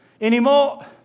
anymore